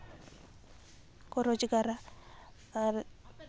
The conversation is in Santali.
ᱠᱚ ᱨᱳᱡᱽᱜᱟᱨᱟ ᱟᱨ